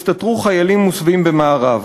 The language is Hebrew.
הסתתרו חיילים מוסווים במארב.